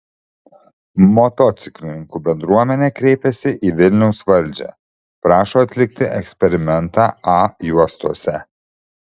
motociklininkų bendruomenė kreipėsi į vilniaus valdžią prašo atlikti eksperimentą a juostose